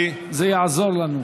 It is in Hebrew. זה יעזור לנו.